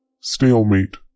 Stalemate